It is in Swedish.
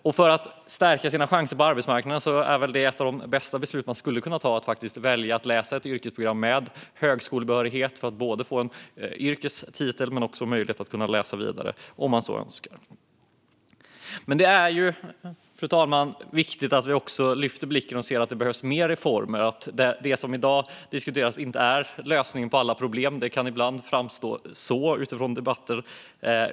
Att välja ett yrkesprogram med högskolebehörighet är kanske ett av de bästa beslut man kan ta för att stärka sina chanser på arbetsmarknaden. Då får man både en yrkestitel och möjlighet att läsa vidare om man så önskar. Fru talman! Det är viktigt att lyfta blicken och se att fler reformer behövs. Det som i dag diskuteras är inte en lösning på alla problem. Det kan utifrån debatten ibland framstå som det.